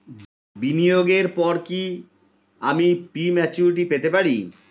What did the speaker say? বিনিয়োগের পর আমি কি প্রিম্যচুরিটি পেতে পারি?